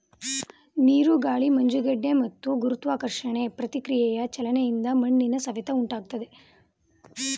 ನೀರು ಗಾಳಿ ಮಂಜುಗಡ್ಡೆ ಮತ್ತು ಗುರುತ್ವಾಕರ್ಷಣೆ ಪ್ರತಿಕ್ರಿಯೆಯ ಚಲನೆಯಿಂದ ಮಣ್ಣಿನ ಸವೆತ ಉಂಟಾಗ್ತದೆ